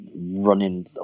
running